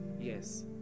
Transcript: Yes